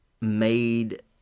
made